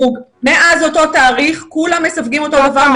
מאז, אותו תאריך, כולם מסווגים אותו דבר.